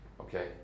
okay